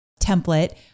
template